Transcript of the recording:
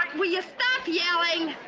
will you stop yelling?